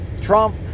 Trump